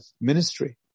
ministry